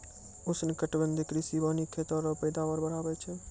उष्णकटिबंधीय कृषि वानिकी खेत रो पैदावार बढ़ाबै छै